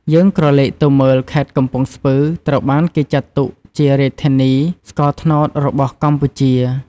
យើងក្រឡេកទៅមើល ខេត្តកំពង់ស្ពឺត្រូវបានគេចាត់ទុកជារាជធានីស្ករត្នោតរបស់កម្ពុជា។